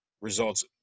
results